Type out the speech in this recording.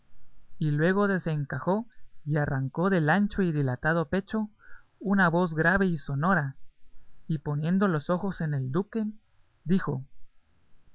y luego desencajó y arrancó del ancho y dilatado pecho una voz grave y sonora y poniendo los ojos en el duque dijo